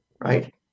right